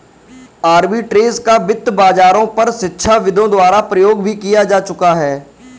arbitrage का वित्त बाजारों पर शिक्षाविदों द्वारा प्रयोग भी किया जा चुका है